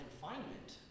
confinement